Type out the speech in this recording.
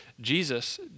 Jesus